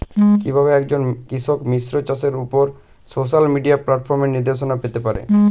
কিভাবে একজন কৃষক মিশ্র চাষের উপর সোশ্যাল মিডিয়া প্ল্যাটফর্মে নির্দেশনা পেতে পারে?